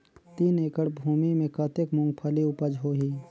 तीन एकड़ भूमि मे कतेक मुंगफली उपज होही?